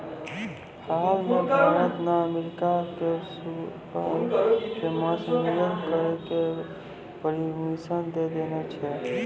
हाल मॅ भारत न अमेरिका कॅ सूअर के मांस निर्यात करै के परमिशन दै देने छै